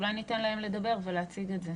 אולי ניתן לו לדבר ולהציג את זה?